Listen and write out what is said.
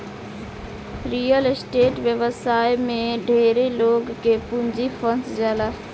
real estate व्यवसाय में ढेरे लोग के पूंजी फंस जाला